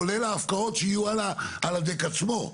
כולל ההפקעות שיהיו על הדק עצמו.